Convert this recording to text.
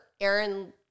Aaron